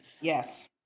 Yes